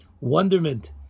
wonderment